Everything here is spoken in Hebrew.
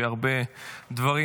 כשהרבה דברים,